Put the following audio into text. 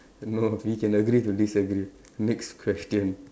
no we can agree to disagree next question